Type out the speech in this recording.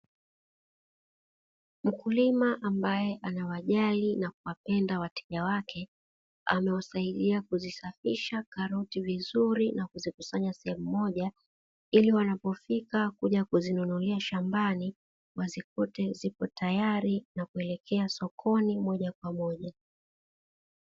Mkulima ambaye anawajali na kuwapenda wateja wake amewasaidia kuzisafisha karoti vizuri na kuzikusanya sehemu moja ili wanapofika kuja kuzinunulia shambani wazikute zipo tayari na kuelekea sokoni moja kwa moja.